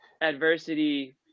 adversity